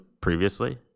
previously